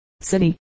City